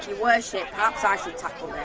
your worship, perhaps i should tackle